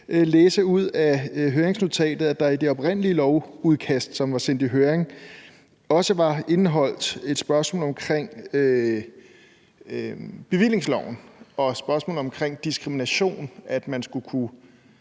læse ud af høringsnotatet, at der i det oprindelige lovudkast, som var sendt i høring, også var indeholdt et spørgsmål om bevillingsloven og om diskrimination, altså at man skulle kunne